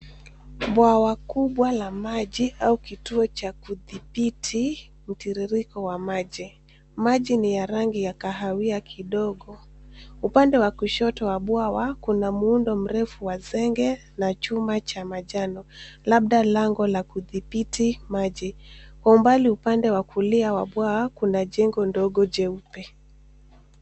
Bwawa kubwa la maji au kituo cha kudhibiti mtiririko wa maji. Maji ni ya rangi ya kahawia kidogo. Upande wa kushoto wa bwawa kuna muundo mrefu wa zege na chuma cha manjano labda lango la kudhibiti maji. Kwa umbali upande wa kulia wa bwawa kuna jengo ndogo jeupe.